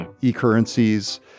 E-currencies